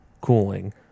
cooling